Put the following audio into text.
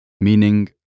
Meaning